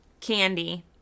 Candy